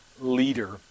leader